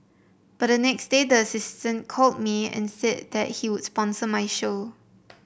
but the next day the assistant called me and said that he would sponsor my show